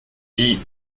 dit